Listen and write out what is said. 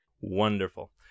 wonderful